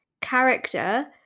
character